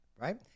right